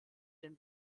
den